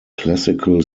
classical